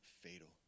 fatal